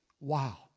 Wow